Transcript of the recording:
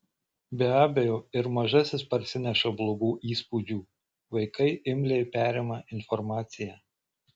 be abejo ir mažasis parsineša blogų įspūdžių vaikai imliai perima informaciją